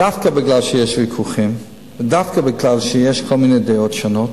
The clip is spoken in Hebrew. דווקא מפני שיש ויכוחים ודווקא מפני שיש דעות שונות,